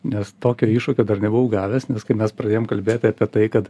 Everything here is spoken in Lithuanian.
nes tokio iššūkio dar nebuvau gavęs nes kai mes pradėjom kalbėti apie tai kad